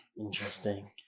Interesting